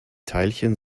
teilchen